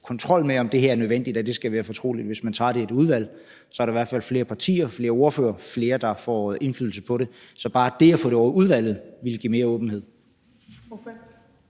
kontrol med, om det er nødvendigt, at det her skal være fortroligt? Hvis man tager det i et udvalg, er der i hvert fald flere partier, flere ordførere, altså flere, der får indflydelse på det. Så bare det at få det ind over udvalget ville give mere åbenhed.